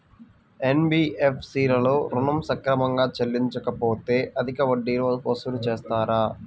NBFC లలో ఋణం సక్రమంగా చెల్లించలేకపోతె అధిక వడ్డీలు వసూలు చేస్తారా?